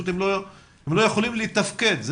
הם לא יכולים לתפקד.